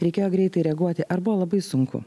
reikėjo greitai reaguoti ar buvo labai sunku